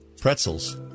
pretzels